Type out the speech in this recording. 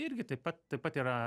irgi taip pat taip pat yra